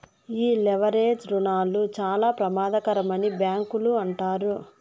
ఈ లెవరేజ్ రుణాలు చాలా ప్రమాదకరమని బ్యాంకులు అంటారు